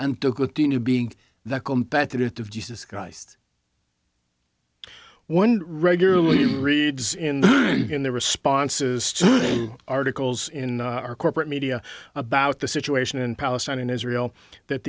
and talk with the new being the competitive jesus christ one regularly reads in their responses to articles in our corporate media about the situation in palestine in israel that